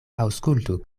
aŭskultu